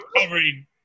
covering